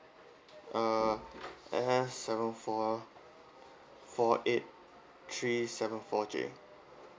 uh S seven four four eight three seven four J